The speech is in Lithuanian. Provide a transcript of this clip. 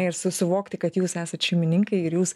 ir susivokti kad jūs esat šeimininkai ir jūs